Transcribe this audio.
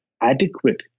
adequate